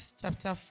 chapter